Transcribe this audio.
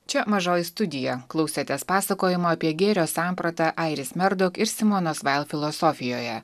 čia mažoji studija klausėtės pasakojimą apie gėrio sampratą airis merdok ir simonos vail filosofijoje